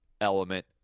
element